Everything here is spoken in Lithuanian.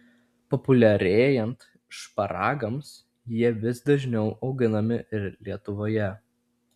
populiarėjant šparagams jie vis dažniau auginami ir lietuvoje